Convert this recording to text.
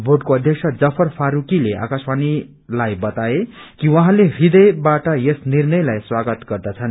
बोर्डको अध्यक्ष जफर फारूकीले आकाशवाणीलाई बताए कि उहाँले हृदयबाट यस निर्णलाई स्वागत गर्दछन्